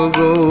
go